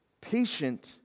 patient